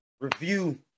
review